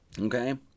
okay